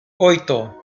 oito